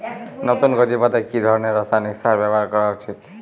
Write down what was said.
নতুন কচি পাতায় কি ধরণের রাসায়নিক সার ব্যবহার করা উচিৎ?